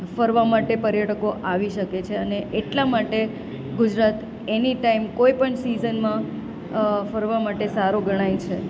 ફરવા માટે પર્યટકો આવી શકે છે અને એટલા માટે ગુજરાત એની ટાઈમ કોઈપણ સીઝનમાં ફરવા માટે સારું ગણાય છે